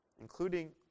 including